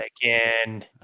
again